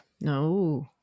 No